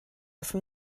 from